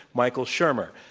michael shermer.